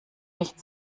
nicht